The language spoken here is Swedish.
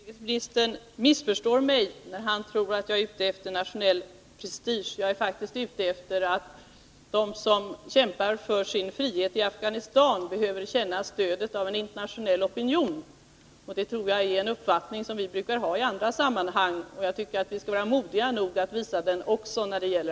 Herr talman! Utrikesministern missförstår mig när han tror att jag är ute efter nationell prestige. Det jag vill framhålla är att de som kämpar för sin frihet i Afghanistan behöver känna stödet av en internationell opinion. Det tror jag är en uppfattning som vi brukar ha i andra sammanhang, och jag tycker att vi skall vara modiga nog att visa den också när det gäller